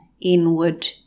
inward